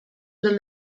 del